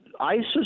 ISIS